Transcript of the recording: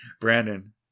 Brandon